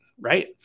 right